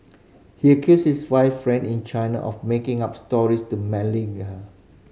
he accused his wife friend in China of making up stories to malign her